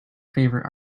favorite